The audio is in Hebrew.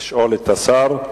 לשאול את השר.